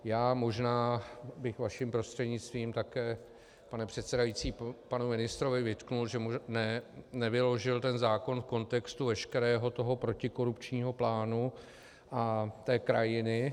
Já možná bych vaším prostřednictvím také pane předsedající panu ministrovi vytkl, že mu nevyložil zákon v kontextu veškerého toho protikorupčního plánu a té krajiny.